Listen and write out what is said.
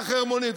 החרמונית.